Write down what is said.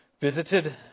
visited